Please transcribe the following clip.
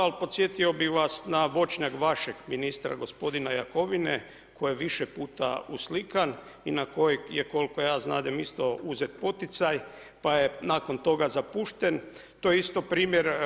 Ali podsjetio bih vas na voćnjak vašeg ministra gospodina Jakovine koji je više puta uslikan i na koji je koliko ja znadem isto uzet poticaj, pa je nakon toga zapušten to je isto primjer.